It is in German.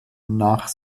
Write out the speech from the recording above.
nach